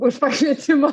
už pakvietimą